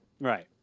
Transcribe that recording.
right